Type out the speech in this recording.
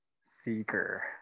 Seeker